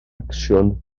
acsiwn